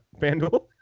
FanDuel